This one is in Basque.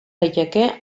daiteke